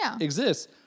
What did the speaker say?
exists